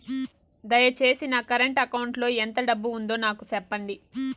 దయచేసి నా current account లో ఎంత డబ్బు ఉందో నాకు సెప్పండి